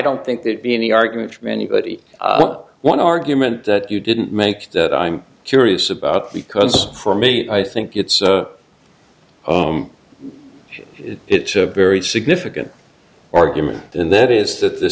don't think there'd be any argument from anybody one argument that you didn't make that i'm curious about because for me i think it's it's a very significant argument and that is that the